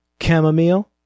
Chamomile